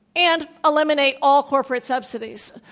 and eliminate all corporate subsidies,